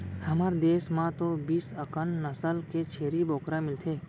हमर देस म तो बीस अकन नसल के छेरी बोकरा मिलथे